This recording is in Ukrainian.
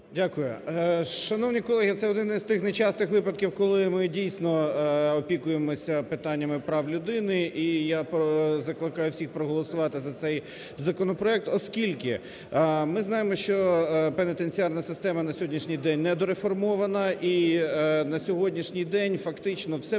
Дякую. Шановні колеги! Це один з тих нечастих випадків, коли ми дійсно опікуємось питаннями прав людини. І я закликаю всіх проголосувати за цей законопроект. Оскільки ми знаємо, що пенітенціарна система на сьогоднішній день недореформована. І на сьогоднішній день фактично все